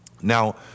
Now